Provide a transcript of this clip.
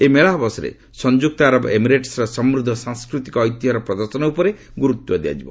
ଏହି ମେଳା ଅବସରରେ ସଂଯୁକ୍ତ ଆରବ ଏମିରେଟସ୍ର ସମୃଦ୍ଧ ସାଂସ୍କୃତିକ ଐତିହ୍ୟର ପ୍ରଦର୍ଶନ ଉପରେ ଗୁରୁତ୍ୱ ଦିଆଯିବ